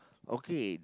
okay